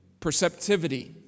perceptivity